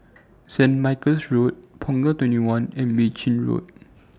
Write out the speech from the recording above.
Saint Michael's Road Punggol twenty one and Mei Chin Road